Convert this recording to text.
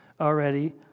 already